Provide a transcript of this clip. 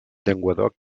llenguadoc